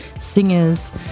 singers